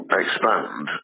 expand